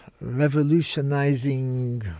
revolutionizing